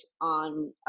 on